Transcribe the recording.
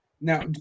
Now